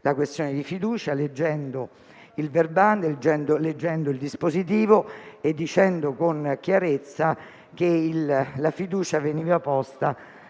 la questione di fiducia, leggendo il verbale, leggendo il dispositivo e dicendo con chiarezza che la fiducia veniva posta